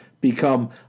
become